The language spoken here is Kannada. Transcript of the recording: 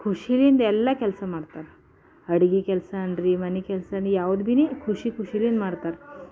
ಖುಷಿಯಿಂದ ಎಲ್ಲ ಕೆಲಸ ಮಾಡ್ತಾರೆ ಅಡುಗೆ ಕೆಲಸ ಅನ್ನಿ ಮನೆ ಕೆಲ್ಸನ ಯಾವುದು ಭೀ ನಿ ಖುಷಿ ಖುಷಿಯಿಂದ ಮಾಡ್ತಾರೆ